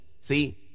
see